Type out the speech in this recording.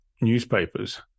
newspapers